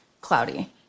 cloudy